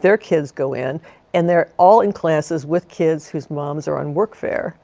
their kids go in and they're all in classes with kids whose moms are on workfare